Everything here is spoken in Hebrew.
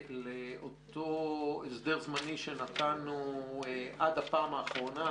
לאותו הסדר זמני שנתנו עד הפעם האחרונה,